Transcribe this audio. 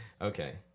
Okay